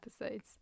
episodes